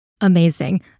Amazing